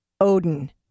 Odin